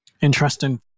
Interesting